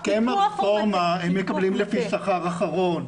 הם מקבלים לפי שכר אחרון.